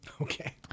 Okay